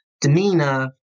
demeanor